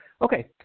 okay